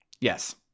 Yes